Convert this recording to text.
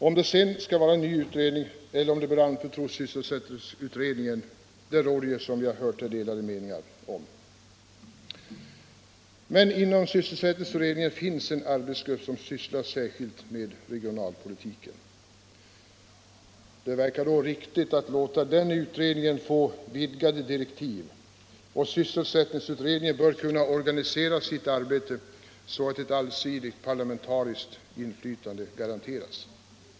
Om det sedan skall vara en ny utredning eller om det bör anförtros sysselsättningsutredningen råder det, som vi har hört, delade meningar om. Inom sysselsättningsutredningen finns en arbetsgrupp som sysslar särskilt med regionalpolitiken. Det verkar då riktigt att låta den utredningen få vidgade direktiv. Sysselsättningsutredningen bör kunna organisera sitt arbete så att ett allsidigt parlamentariskt inflytande garanteras.